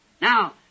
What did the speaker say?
Now